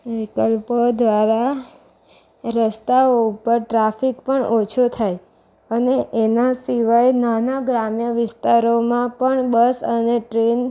વિકલ્પો દ્વારા રસ્તાઓ ઉપર ટ્રાફિક પણ ઓછો થાય અને એના સિવાય નાના ગ્રામ્ય વિસ્તારોમાં પણ બસ અને ટ્રેન